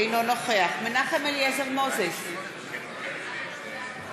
אינו נוכח מנחם אליעזר מוזס, אינו